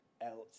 else